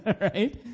right